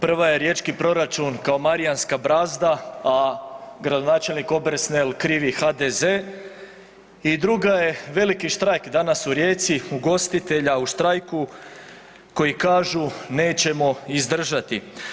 Prva je riječki proračun kao Marijanska brazda, a gradonačelnik Obersnel krivi HDZ i druga je veliki štrajk danas u Rijeci, ugostitelja u štrajku koji kažu nećemo izdržati.